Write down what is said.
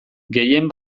gehien